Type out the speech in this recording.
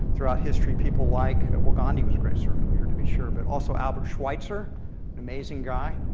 throughout history. people like, well, gandhi was a great servant leader to be sure. but also albert schweitzer, an amazing guy.